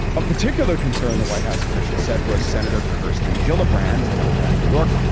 a particular concern, the white house official said, was senator kirsten gillibrand, democrat, new york,